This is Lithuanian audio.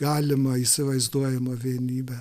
galimą įsivaizduojamą vienybę